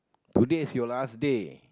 today is your last day